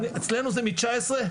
אצלנו זה מ-2019?